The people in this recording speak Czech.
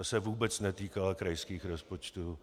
Ta se vůbec netýkala krajských rozpočtů.